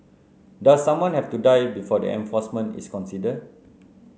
does someone have to die before the enforcement is considered